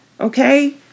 Okay